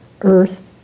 Earth